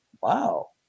wow